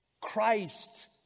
Christ